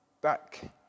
back